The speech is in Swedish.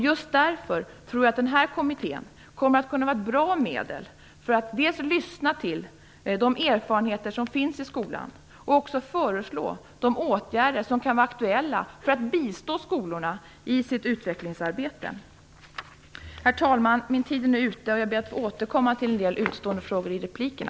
Just därför tror jag att den här kommittén kommer att kunna vara ett bra medel för att lyssna till de erfarenheter som finns i skolan och föreslå de åtgärder som kan vara aktuella för att bistå skolorna i deras utvecklingsarbete. Herr talman! Min taletid är nu ute och jag ber att få återkomma med en del utestående frågor i replikerna.